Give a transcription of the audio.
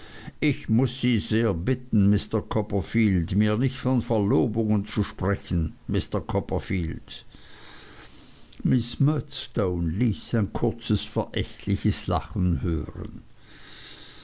ich muß sie sehr bitten mr copperfield mir nicht von verlobungen zu sprechen mr copperfield miß murdstone ließ ein kurzes verächtliches lachen hören